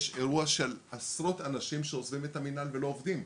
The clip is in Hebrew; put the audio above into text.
יש אירוע של עשרות אנשים שעוזבים את המינהל ולא עובדים,